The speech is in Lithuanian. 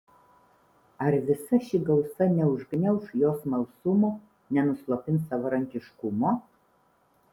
ar visa ši gausa neužgniauš jo smalsumo nenuslopins savarankiškumo